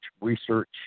research